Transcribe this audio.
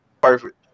perfect